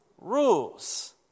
Rules